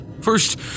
First